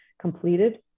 completed